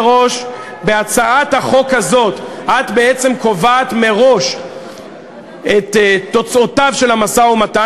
בהצעת החוק הזאת את בעצם קובעת מראש את תוצאותיו של המשא-ומתן.